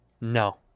No